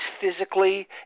physically